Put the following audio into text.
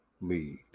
lead